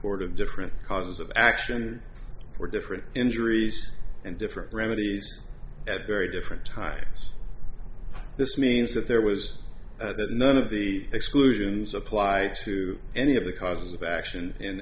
of different causes of action or different injuries and different remedies at very different times this means that there was none of the exclusions applied to any of the causes of action